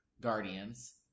guardians